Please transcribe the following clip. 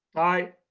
i.